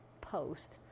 post